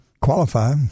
qualify